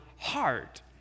heart